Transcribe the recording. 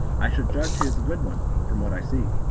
i should judge he is a good one, from what i see.